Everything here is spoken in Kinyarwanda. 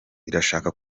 irashaka